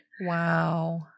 Wow